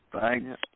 Thanks